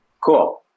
Cool